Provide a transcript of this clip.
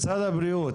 משרד הבריאות.